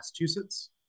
Massachusetts